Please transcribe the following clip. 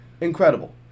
Incredible